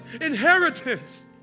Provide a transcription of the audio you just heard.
inheritance